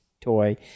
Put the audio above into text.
toy